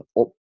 up